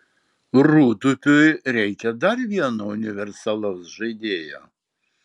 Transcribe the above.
rūdupiui reikia dar vieno universalaus žaidėjo